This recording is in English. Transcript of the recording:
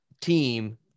team